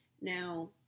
Now